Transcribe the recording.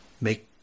make